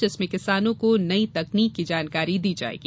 जिसमें किसानों को नई तकनीक की जानकारी दी जायेगी